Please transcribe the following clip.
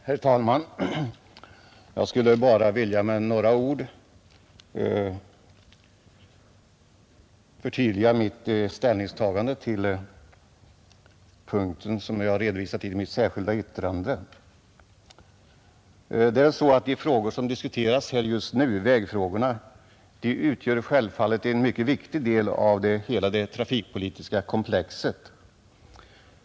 Herr talman! Jag skulle vilja med bara några ord förtydliga mitt ställningstagande till den punkt som jag har tagit upp i mitt särskilda yttrande. De frågor som vi diskuterar just nu, vägfrågorna, utgör självfallet en mycket viktig del av hela det trafikpolitiska komplexet.